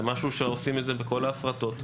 זה משהו שעושים את זה בכל ההפרטות.